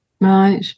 Right